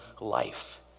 life